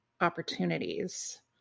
opportunities